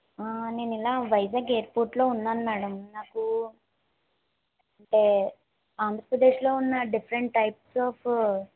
నేను ఇలా వైజాగ్ ఎయిర్పోర్ట్లో ఉన్నాను మేడం నాకు అంటే ఆంధ్ర ప్రదేశ్లో ఉన్న డిఫరెంట్ టైప్స్ ఆఫ్